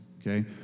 Okay